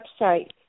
website